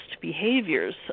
behaviors